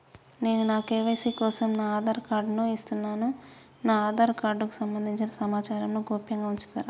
నేను నా కే.వై.సీ కోసం నా ఆధార్ కార్డు ను ఇస్తున్నా నా ఆధార్ కార్డుకు సంబంధించిన సమాచారంను గోప్యంగా ఉంచుతరా?